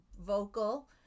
vocal